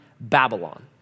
Babylon